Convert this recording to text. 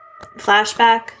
flashback